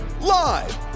live